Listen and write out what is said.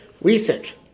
research